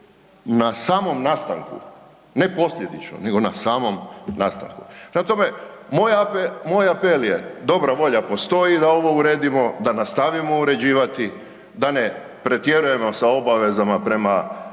na samom nastanku, ne posljedično, nego na samom nastanku. Prema tome, moj apel je dobra volja postoji da ovo uredimo, da nastavimo uređivati, da ne pretjerujemo sa obavezama prema